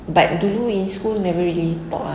but dulu in school never really talk ah